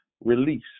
Release